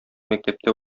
мәктәптә